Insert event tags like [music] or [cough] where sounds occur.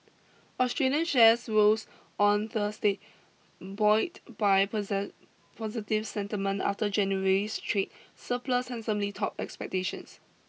Australian shares rose on Thursday buoyed by [unintelligible] positive sentiment after January's trade surplus handsomely topped expectations